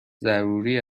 ضروری